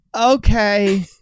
okay